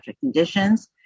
conditions